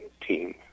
team